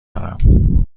دارم